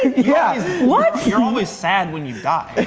yeah what? you're always sad when you die,